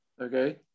Okay